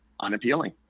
unappealing